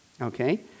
okay